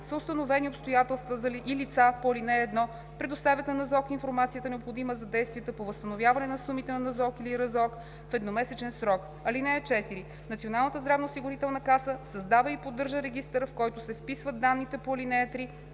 установени обстоятелства и лица по ал. 1, предоставят на НЗОК информацията, необходима за действията по възстановяване на сумите на НЗОК или РЗОК, в едномесечен срок. (4) Националната здравноосигурителна каса създава и поддържа регистър, в който се вписват данните по ал. 3.